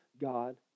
God